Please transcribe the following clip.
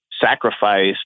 sacrifice